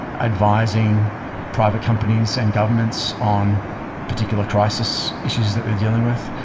advising private companies and governments on particular crisis issues that they're dealing with,